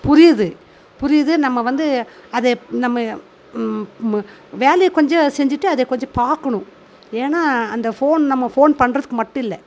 புரியுது புரியுது நம்ம வந்து அது நம்ம வேலையை கொஞ்சம் செஞ்சுட்டு அதை கொஞ்சம் பார்க்கணும் ஏன்னா அந்த ஃபோன் நம்ம ஃபோன் பண்றதுக்கு மட்டும் இல்லை